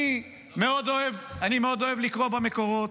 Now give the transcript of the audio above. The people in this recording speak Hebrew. אני מאוד אוהב לקרוא במקורות.